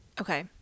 Okay